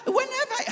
Whenever